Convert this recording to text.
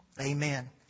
Amen